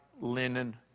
linen